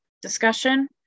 discussion